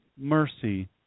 mercy